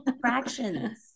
fractions